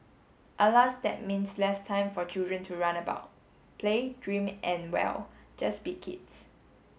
alas that means less time for children to run about play dream and well just be kids